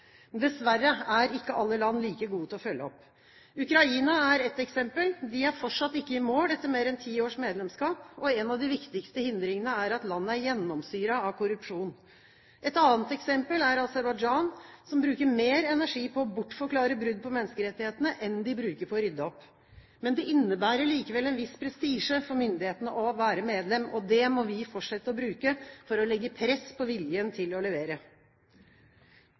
Dessverre er ikke alle land like gode til å følge opp. Ukraina er ett eksempel. De er fortsatt ikke i mål, etter mer enn ti års medlemskap. En av de viktigste hindringene er at landet er gjennomsyret av korrupsjon. Et annet eksempel er Aserbajdsjan, som bruker mer energi på å bortforklare brudd på menneskerettighetene enn de bruker på å rydde opp. Men det innebærer likevel en viss prestisje for myndighetene å være medlem. Det må vi fortsette å bruke for å legge press på viljen til å levere.